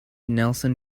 nelson